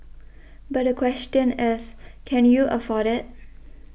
but the question is can you afford it